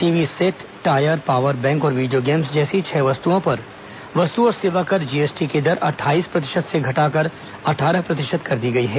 TV set tyre power bank और video games जैसी छह वस्तुओं पर वस्तु और सेवा कर जीएसटी की दर अट्ठाईस प्रतिशत से घटाकर अट्ठारह प्रतिशत कर दी गई है